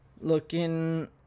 Looking